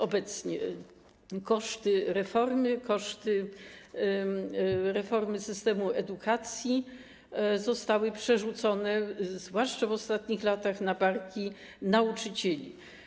Obecnie koszty reformy, koszty reformy systemu edukacji zostały przerzucone, zwłaszcza w ostatnich latach, na barki nauczycieli.